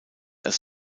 als